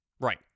Right